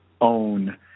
own